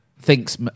thinks